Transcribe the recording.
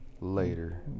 Later